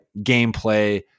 gameplay